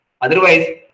Otherwise